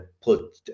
put